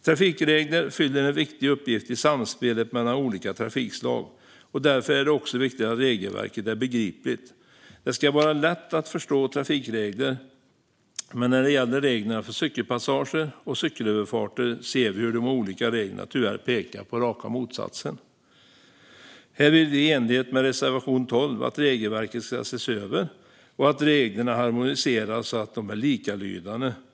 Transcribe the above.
Trafikregler fyller en viktig uppgift i samspelet mellan olika trafikslag, och därför är det också viktigt att regelverket är begripligt. Det ska vara lätt att förstå trafikregler, men när det gäller reglerna för cykelpassager och cykelöverfarter ser vi hur de olika reglerna tyvärr pekar på raka motsatsen. Här vill vi i enlighet med reservation 12 att regelverket ska ses över och att reglerna ska harmoniseras så att de är likalydande.